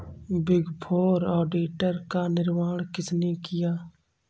Big four auditor का निर्माण किसने किया?